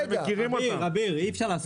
אי-אפשר.